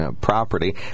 property